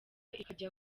ikajya